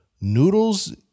Noodles